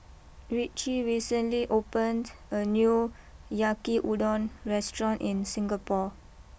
Ritchie recently opened a new Yaki Udon restaurant in Singapore